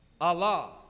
Allah